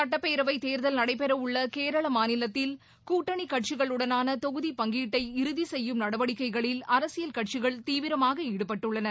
சுட்டப் பேரவைத் தேர்தல் நடைபெற உள்ள கேரள மாநிலத்தில் கூட்டணி கட்சிகளுடனான தொகுதி பங்கீட்டை இறுதி செய்யும் நடவடிக்கைகளில் அரசியல் கட்சிகள் தீவிரமாக ஈடுபட்டுள்ளன